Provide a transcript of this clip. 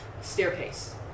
staircase